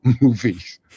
movies